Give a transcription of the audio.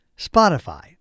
Spotify